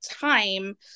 time